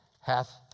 hath